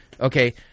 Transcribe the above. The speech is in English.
okay